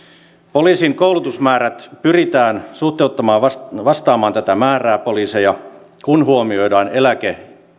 poliisin koulutusmäärät pyritään suhteuttamaan vastaamaan vastaamaan tätä määrää poliiseja kun huomioidaan eläke